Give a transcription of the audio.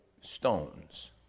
stones